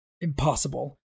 Impossible